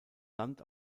land